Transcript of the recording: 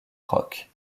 rock